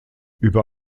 über